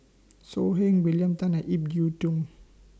So Heng William Tan and Ip Yiu Tung